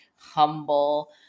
humble